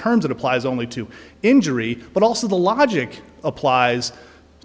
terms it applies only to injury but also the logic applies